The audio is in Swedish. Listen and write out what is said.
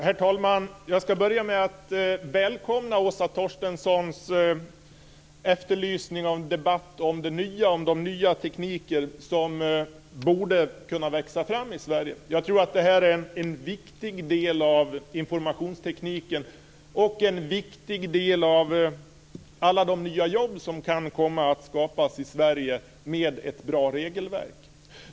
Herr talman! Jag ska börja med att välkomna Åsa Torstenssons efterlysning av en debatt om det nya, om de nya tekniker som borde kunna växa fram i Sverige. Jag tror att det här är en viktig del av informationstekniken och en viktig faktor för alla de nya jobb som kan komma att skapas i Sverige med ett bra regelverk.